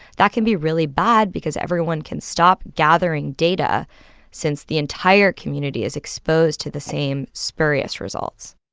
that can be really bad because everyone can stop gathering data since the entire community is exposed to the same spurious results